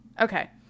Okay